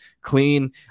clean